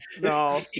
no